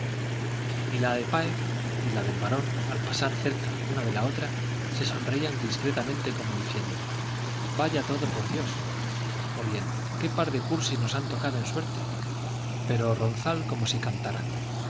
ronzal la de páez y la del barón al pasar cerca una de otra se sonreían discretamente como diciendo vaya todo por dios o bien qué par de cursis nos han tocado en suerte pero ronzal como si cantaran